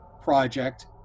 project